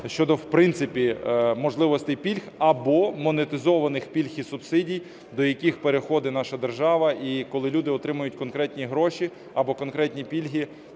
можливостей пільг або монетизованих пільг і субсидій, до яких переходить наша держава і коли люди отримають конкретні гроші або конкретні пільги